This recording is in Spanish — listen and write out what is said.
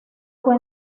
fue